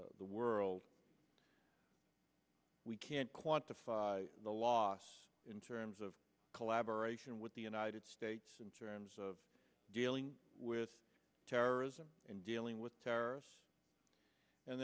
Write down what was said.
the world we can't quantify the loss in terms of collaboration with the united states in terms of dealing with terrorism and dealing with terrorists and